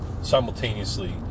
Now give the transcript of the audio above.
simultaneously